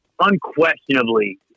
unquestionably